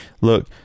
Look